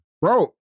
Bro